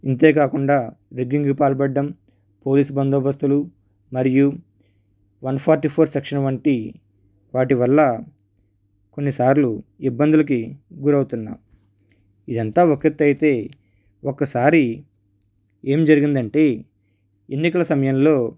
ఇంతేకాకుండా రిగ్గింగ్కి పాల్పడడం పోలీస్ బందోబస్తులు మరియు వన్ ఫార్టీ ఫోర్ సెక్షన్ వంటి వాటి వల్ల కొన్నిసార్లు ఇబ్బందులకి గురవుతున్నాం ఇదంతా ఒక ఎత్తైతే ఒకసారి ఏం జరిగిందంటే ఎన్నికల సమయంలో